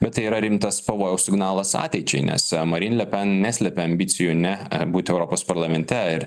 bet tai yra rimtas pavojaus signalas ateičiai nes marin lepen neslepia ambicijų ne būti europos parlamente